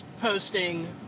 posting